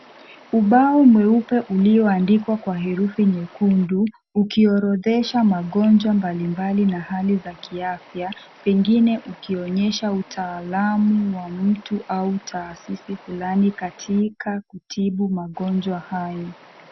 Ubao mweupe ulioandikwa kwa herufi nyekundu ukiorodhesha magonjwa mbalimbali na hali za kiafya pengine ukionyesha utaalamu wa mtu au taasisi fulani katika kutibu magonjwa hayo.